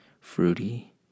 fruity